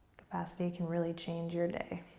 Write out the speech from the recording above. capacity can really change your day.